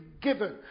given